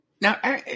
Now